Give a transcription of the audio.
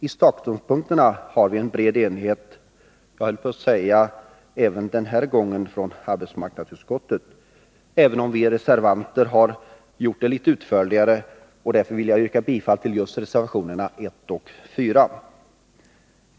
I sak råder en bred enighet — jag höll på att säga även den här gången — i arbetsmarknadsutskottet, även om vi reservanter har varit litet utförligare, och därför vill jag yrka bifall till just reservationerna 1 och 4.